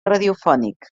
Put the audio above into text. radiofònic